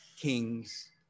kings